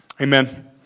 Amen